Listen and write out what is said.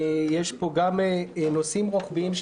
יש פה גם נושאים רוחביים,